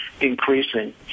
increasing